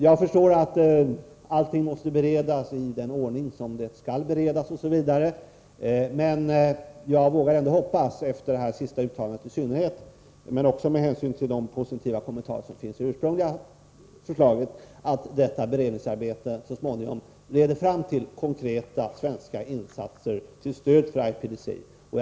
Jag förstår att allting måste beredas i den ordning som är föreskriven, men jag vågar ändå hoppas — i synnerhet efter utrikesministerns sista uttalande, men också med hänsyn till de positiva kommentarer som lämnades i interpellationssvaret — att beredningsarbetet så småningom leder fram till konkreta svenska insatser till stöd för IPDC.